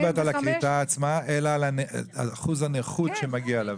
את לא מדברת על הכריתה עצמה אלא על אחוז הנכות שמגיע בעקבותיה,